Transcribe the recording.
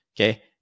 Okay